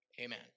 amen